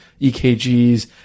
EKGs